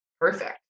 perfect